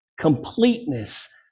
completeness